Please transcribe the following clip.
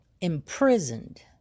imprisoned